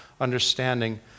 understanding